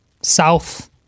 South